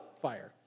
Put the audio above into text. fire